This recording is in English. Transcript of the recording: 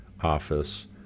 office